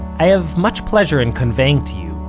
i have much pleasure in conveying to you,